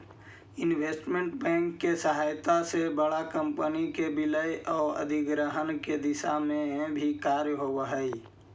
investment bank के सहायता से बड़ा कंपनी के विलय आउ अधिग्रहण के दिशा में भी कार्य होवऽ हइ